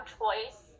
choice